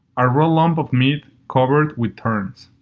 a raw lump of meat covered with thorns.